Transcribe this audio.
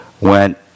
went